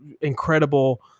incredible